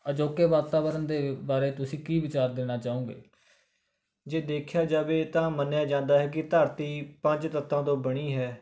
ਅਜੋਕੇ ਵਾਤਾਵਰਨ ਦੇ ਬਾਰੇ ਤੁਸੀਂ ਕੀ ਵਿਚਾਰ ਦੇਣਾ ਚਾਹੋਗੇ ਜੇ ਦੇਖਿਆ ਜਾਵੇ ਤਾਂ ਮੰਨਿਆ ਜਾਂਦਾ ਹੈ ਕਿ ਧਰਤੀ ਪੰਜ ਤੱਤਾਂ ਤੋਂ ਬਣੀ ਹੈ